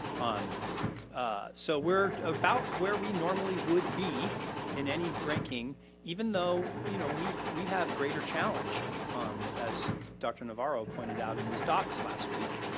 um so we're about where we normally would be in any ranking even though you know we we have greater challenge um as dr. navarro pointed out in his dots last week.